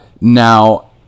Now